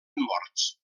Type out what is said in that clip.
morts